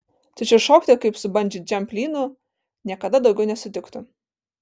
tačiau šokti su bandži džamp lynu niekada daugiau nesutiktų